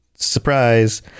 surprise